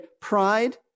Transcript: pride